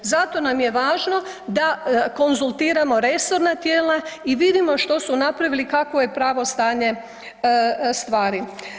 Zato nam je važno da konzultiramo resorna tijela i vidimo što su napravili kakvo je pravo stanje stvari.